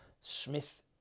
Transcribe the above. Smith